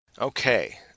Okay